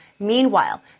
Meanwhile